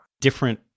different